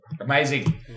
Amazing